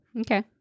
Okay